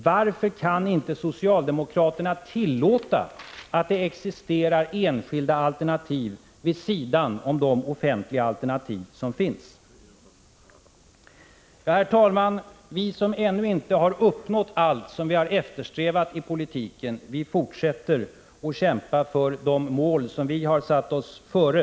Varför kan inte socialdemokraterna tillåta att det existerar enskilda alternativ vid sidan om de offentliga alternativ som finns? Herr talman! Vi som ännu inte har uppnått allt det vi eftersträvar i politiken fortsätter att kämpa för de mål som vi har satt oss före.